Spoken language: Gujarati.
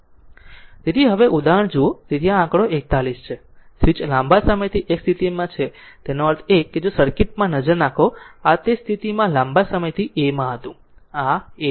તેથી હવે ઉદાહરણ જુઓ તેથી આ આંકડો 41 છે સ્વીચ લાંબા સમયથી એક સ્થિતિમાં છે આનો અર્થ એ કે જો સર્કિટ માં નજર નાખો આ તે આ સ્થિતિમાં લાંબા સમયથી A સ્થિતિમાં હતું આ A છે